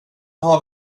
har